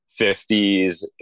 50s